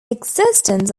existence